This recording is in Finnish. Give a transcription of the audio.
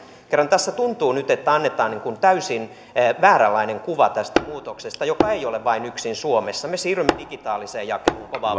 kerran tässä tuntuu nyt että annetaan täysin vääränlainen kuva tästä muutoksesta joka ei ole vain yksin suomessa me siirrymme digitaaliseen jakeluun kovaa